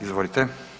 Izvolite.